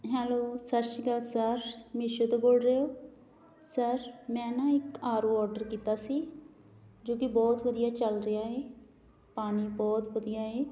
hello ਸਤਿ ਸ਼੍ਰੀ ਅਕਾਲ ਸਰ ਮੀਸ਼ੋ ਤੋਂ ਬੋਲ ਰਹੇ ਹੋ ਸਰ ਮੈਂ ਨਾ ਇੱਕ ਆਰ ਓ ਆਰਡਰ ਕੀਤਾ ਸੀ ਜੋ ਕਿ ਬਹੁਤ ਵਧੀਆ ਚੱਲ ਰਿਹਾ ਹੈ ਪਾਣੀ ਬਹੁਤ ਵਧੀਆ ਹੈ